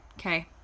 Okay